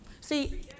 See